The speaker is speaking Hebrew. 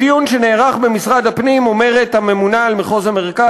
בדיון שנערך במשרד הפנים אומרת הממונה על מחוז מרכז,